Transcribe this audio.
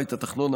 הבית התחתון,